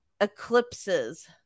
eclipses